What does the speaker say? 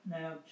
now